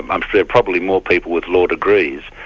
um sort of probably more people with law degrees,